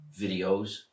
videos